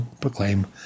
proclaim